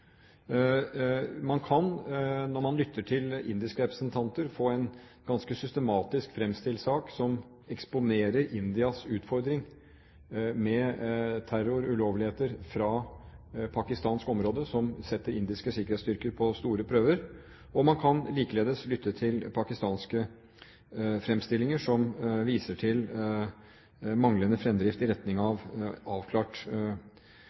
Man kan, når man lytter til indiske representanter, få en ganske systematisk fremstilt sak som eksponerer Indias utfordring med terror, ulovligheter fra pakistansk område, som setter indiske sikkerhetsstyrker på store prøver. Man kan likeledes lytte til pakistanske fremstillinger som viser til manglende fremdrift i retning av avklart